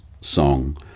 song